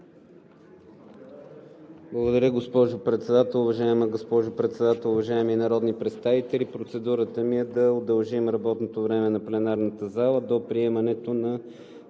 Благодаря, госпожо Председател. Уважаема госпожо Председател, уважаеми народни представители! Процедурата ми е да удължим работното време на пленарната зала до приемането на